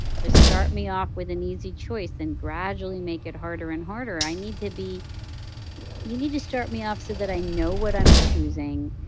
start me off with an easy choice and gradually make it harder and harder. i need to be yeah you need to start me off so that i know what i'm choosing.